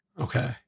Okay